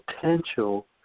potential